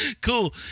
Cool